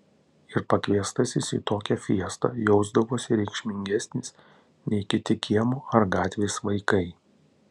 ir pakviestasis į tokią fiestą jausdavosi reikšmingesnis nei kiti kiemo ar gatvės vaikai